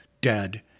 dead